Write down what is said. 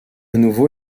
nouveau